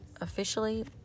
officially